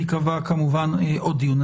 ייקבע כמובן הוא דיון.